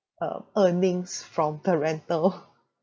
uh earnings from the rental